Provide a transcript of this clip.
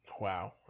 Wow